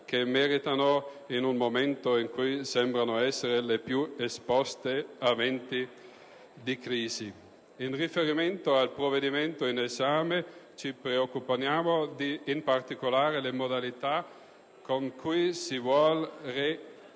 che meritano in un momento in cui sembrano essere le più esposte ai venti di crisi. In riferimento al provvedimento in esame ci preoccupano in particolare le modalità con cui si vogliono reindirizzare